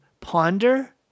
ponder